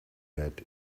lead